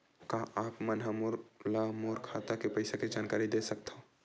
का आप मन ह मोला मोर खाता के पईसा के जानकारी दे सकथव?